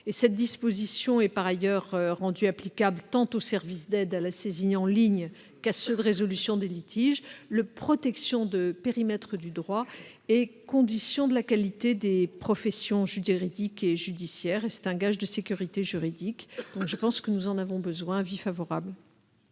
Cette disposition est par ailleurs rendue applicable tant aux services d'aide à la saisine en ligne qu'à ceux de résolution des litiges. La protection du périmètre du droit est une condition de la qualité des professions juridiques et judiciaires, et un gage de sécurité juridique. Nous en avons donc besoin.